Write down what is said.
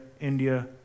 India